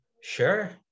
sure